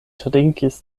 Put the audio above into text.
trinkis